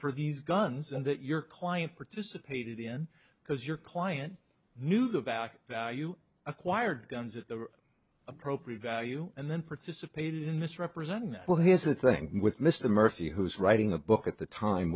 for these guns and that your client participated in because your client knew the value you acquired guns at the appropriate value and then participated in this representing well here's the thing with mr murphy who's writing a book at the time